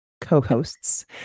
co-hosts